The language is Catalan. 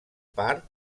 part